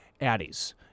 Addie's